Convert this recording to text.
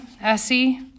Essie